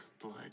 Blood